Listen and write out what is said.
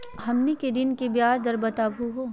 हमनी के ऋण के ब्याज दर बताहु हो?